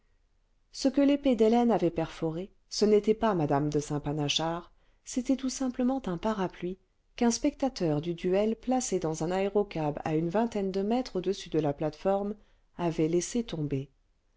ce que l'épée d'hélène avait perforé ce n'était pas mme de saint panachard c'était tout simplement un parapluie qu'un spectateur du duel placé dans un aérocab à une vingtaine de mètres au-dessus de la plateforme avait laissé tomber